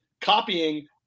copying